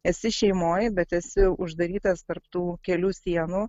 esi šeimoj bet esi uždarytas tarp tų kelių sienų